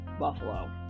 Buffalo